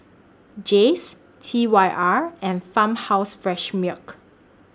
Jays T Y R and Farmhouse Fresh Milk